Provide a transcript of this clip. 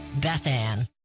Bethann